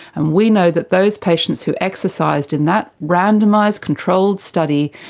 and we know that those patients who exercised in that randomised controlled study,